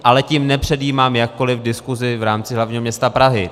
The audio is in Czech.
Ale tím nepředjímám jakkoliv diskuzi v rámci hlavního města Prahy.